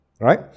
Right